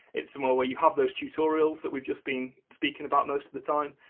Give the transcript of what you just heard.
it's somewhere where you have those tutorials that we've just been speaking about most of the time,